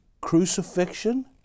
crucifixion